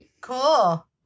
cool